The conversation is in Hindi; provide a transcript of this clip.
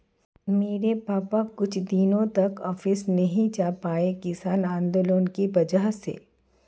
मेरे पापा कुछ दिनों तक ऑफिस नहीं जा पाए किसान आंदोलन की वजह से